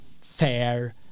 fair